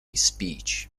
speech